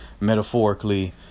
metaphorically